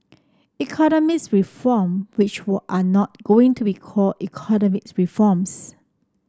economics reform which are not going to be call economics reforms